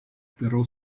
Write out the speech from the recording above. però